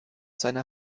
seiner